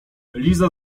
liza